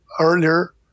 earlier